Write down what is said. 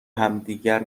همدیگر